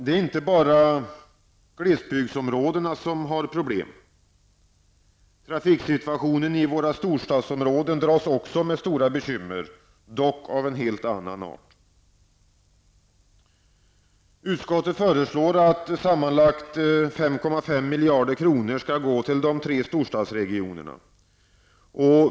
Det är inte bara glesbygdsområdena som har problem. Trafiksituationen i våra storstadsområden dras också med stora bekymmer, dock av en helt annan art. Utskottet föreslår att sammanlagt 5,5 miljarder kronor skall gå till de tre storstadsregionerna.